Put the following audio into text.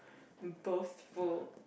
boastful